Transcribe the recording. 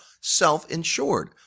self-insured